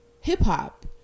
hip-hop